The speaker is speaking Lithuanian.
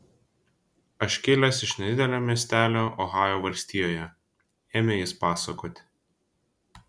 aš kilęs iš nedidelio miestelio ohajo valstijoje ėmė jis pasakoti